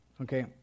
Okay